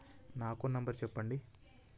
నా account number చెప్పండి?